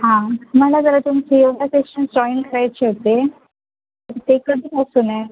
हां मला जरा तुमचे योगा सेशन जॉईन करायचे होते ते कधीपासून आहेत